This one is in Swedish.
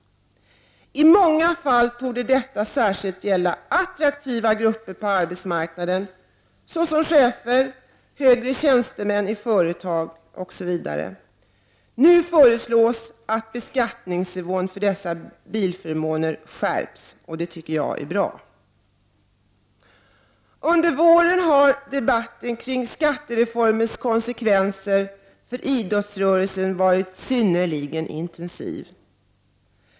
I många fall torde detta gälla särskilt attraktiva grupper på arbetsmarknaden, såsom chefer och högre tjänstemän i företag. Nu föreslås att beskattningsnivån för dessa bilförmåner höjs. Det tycker jag är bra. Under våren har debatten kring skattereformens konsekvenser för idrottsrörelsen varit synnerligen intensiv.